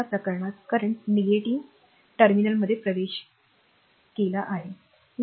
या प्रकरणात current negative नकारात्मक टर्मिनलमध्ये प्रवेश केल्याचे पहा